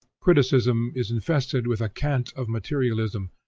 criticism is infested with a cant of materialism,